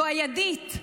זו הידית,